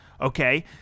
okay